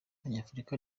abanyafurika